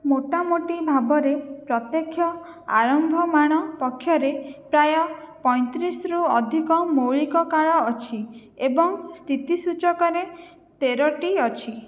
ମୋଟାମୋଟି ଭାବରେ ପ୍ରତ୍ୟକ୍ଷ ଆରମ୍ଭମାଣ ପକ୍ଷରେ ପ୍ରାୟ ପଇଁତିରିଶରୁ ଅଧିକ ମୌଳିକ କାଳ ଅଛି ଏବଂ ସ୍ଥିତି ସୂଚକରେ ତେରଟି ଅଛି